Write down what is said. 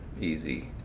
easy